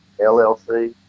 LLC